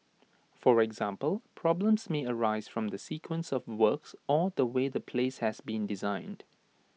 for example problems may arise from the sequence of works or the way the place has been designed